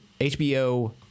HBO